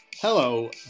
Hello